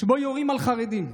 שבו יורים על חרדים.